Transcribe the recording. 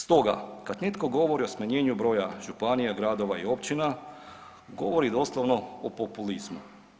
Stoga kad netko govori o smanjenju broja županija, gradova i općina govori doslovno o populizmu.